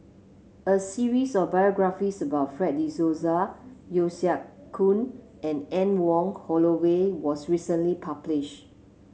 a series of biographies about Fred De Souza Yeo Siak Goon and Anne Wong Holloway was recently publish